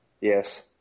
Yes